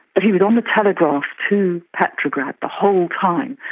but he was on the telegraph to petrograd the whole time,